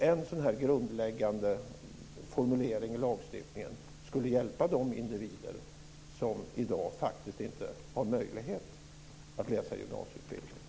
En grundläggande formulering om detta i lagstiftningen skulle hjälpa de individer som i dag inte har möjlighet att delta i en gymnasieutbildning.